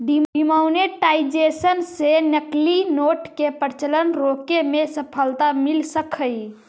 demonetisation से नकली note के प्रचलन रोके में सफलता मिल सकऽ हई